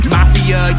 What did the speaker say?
Mafia